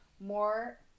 more